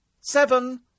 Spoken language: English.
Seven